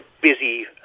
busy